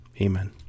Amen